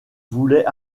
voulait